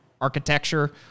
architecture